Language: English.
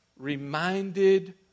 Reminded